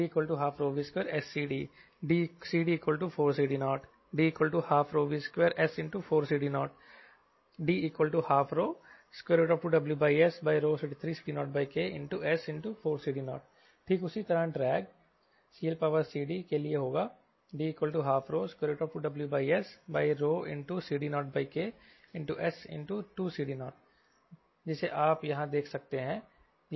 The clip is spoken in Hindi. D12V2SCD CD4CD0 D12V2S4CD0 D122WS3CD0K S ठीक उसी तरह ड्रैग CLCDmax के लिए होगा D122WSCD0K S जिसे आप यहां देख सकते हैं